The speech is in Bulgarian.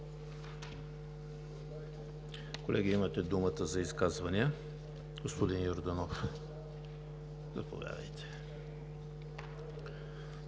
Колеги, имате думата за изказвания. Господин Йорданов, заповядайте.